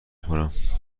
کنم